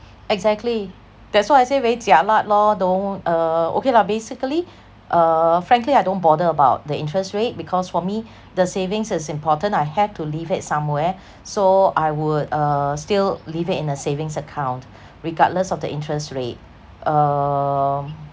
exactly that's why I say very jialat lor don't uh okay lah basically uh frankly I don't bother about the interest rate because for me the savings is important I have to leave it somewhere so I would uh still leave it in a savings account regardless of the interest rate um